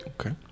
Okay